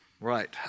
Right